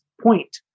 point